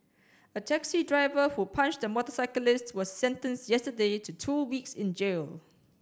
a taxi driver who punched the motorcyclist was sentenced yesterday to two weeks in jail